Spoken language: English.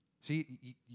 See